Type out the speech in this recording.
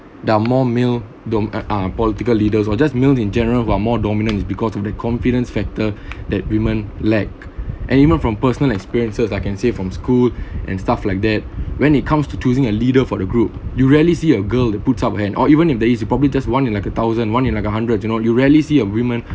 there are more male dorm~ uh uh political leaders who are just male in general who are more dominant is because of the confidence factor that women lack and even from personal experiences I can say from school and stuff like that when it comes to choosing a leader for the group you rarely see a girl that put up hand or even if that its probably just one in like a thousand and one in like a hundred you know you rarely see a women